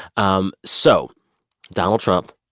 um so donald trump,